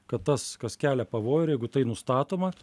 kad tas kas kelia pavojų ir jeigu tai nustatoma